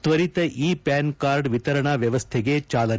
ತ್ವರಿತ e plan card ವಿತರಣಾ ಮ್ಲವಸ್ಥೆಗೆ ಚಾಲನೆ